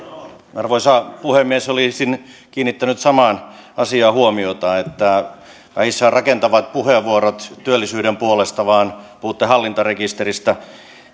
arvoisa puhemies olisin kiinnittänyt samaan asiaan huomiota että vähissä ovat rakentavat puheenvuorot työllisyyden puolesta vaan puhutte hallintarekisteristä